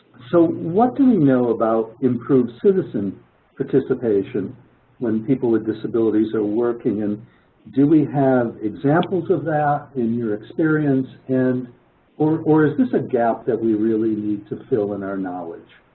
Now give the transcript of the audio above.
so, what do we know about improved citizen participation when people with disabilities are working, and do we have examples of that in your experience, and or or is this a gap that we really need to fill in our knowledge?